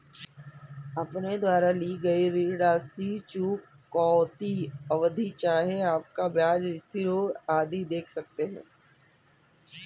अपने द्वारा ली गई ऋण राशि, चुकौती अवधि, चाहे आपका ब्याज स्थिर हो, आदि देख सकते हैं